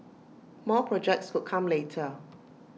more projects could come later